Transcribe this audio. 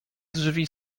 drzwi